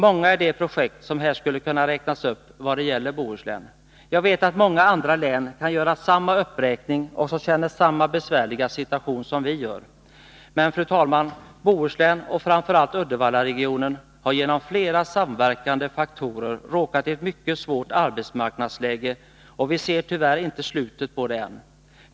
Många är de projekt som här skulle kunna räknas upp i vad det gäller Bohuslän. Jag vet att det för många andra län kan göras samma uppräkning. Man har där samma besvärliga situation som vi har. Men, fru talman, Bohuslän, och framför allt Uddevallaregionen, har genom flera samverkande faktorer råkat i ett mycket svårt arbetsmarknadsläge. Vi ser tyvärr inte slutet på detta än.